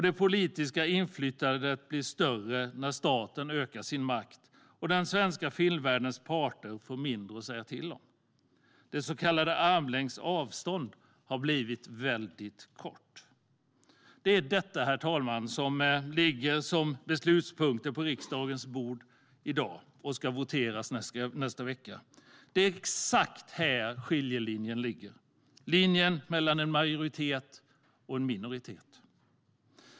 Det politiska inflytandet blir större när staten ökar sin makt, och den svenska filmvärldens parter får mindre att säga till om. Det vi brukar kallar armlängds avstånd har blivit väldigt kort. Det är detta, herr talman, som ligger som beslutspunkter på riksdagens bord i dag och som vi ska votera om nästa vecka. Det är exakt här skiljelinjen går - linjen mellan en majoritet och en minoritet.